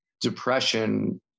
depression